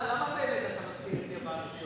למה באמת אתה מזכיר את יוון?